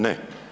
Ne.